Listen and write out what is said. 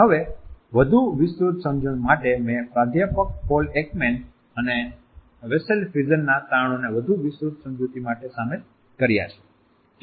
હવે વધુ વિસ્તૃત સમજણ માટે મેં પ્રાધ્યાપક પોલ એકમેન અને વેલેસ ફ્રીઝિનના તારણોને વધુ વિસ્તૃત સમજૂતી માટે સામેલ કર્યા છે